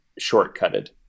shortcutted